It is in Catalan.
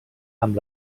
amb